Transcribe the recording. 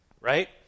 right